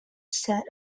set